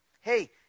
hey